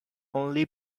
only